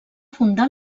fundar